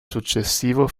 successivo